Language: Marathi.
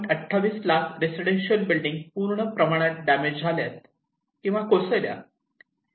28 लाख रेसीडेंटल बिल्डींग पूर्ण प्रमाणात डॅमेज झाले किंवा कोसळल्या